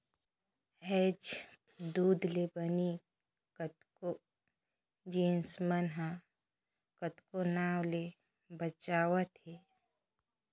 आयज दूद ले बने कतको जिनिस मन ह कतको नांव ले बेंचावत हे